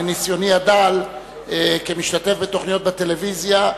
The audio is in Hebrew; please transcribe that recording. מניסיוני הדל כמשתתף בתוכניות בטלוויזיה,